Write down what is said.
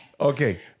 Okay